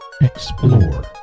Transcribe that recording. Explore